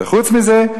וחוץ מזה,